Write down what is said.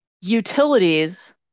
utilities